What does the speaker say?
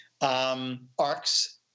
Arcs